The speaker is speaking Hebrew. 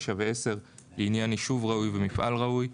9 ו-10 בעניין יישוב ראוי ומפעל ראוי,